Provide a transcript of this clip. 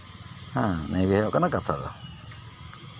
ᱦᱮᱸ ᱱᱤᱭᱟᱹ ᱜᱮ ᱦᱩᱭᱩᱜ ᱠᱟᱱᱟ ᱠᱟᱛᱷᱟ ᱫᱚ